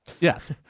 Yes